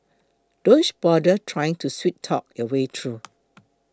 don't bother trying to sweet talk your way through